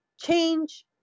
change